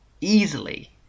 easily